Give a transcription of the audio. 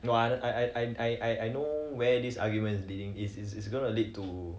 no I I I I I know where these arguments is leading is is is gonna lead to